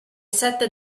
sette